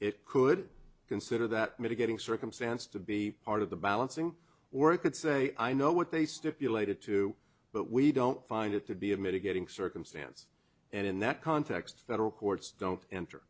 it could consider that mitigating circumstance to be part of the balancing or it could say i know what they stipulated to but we don't find it to be a mitigating circumstance and in that context federal courts don't enter